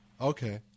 Okay